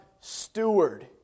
steward